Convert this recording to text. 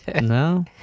no